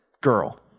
Girl